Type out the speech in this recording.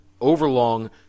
overlong